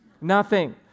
nothing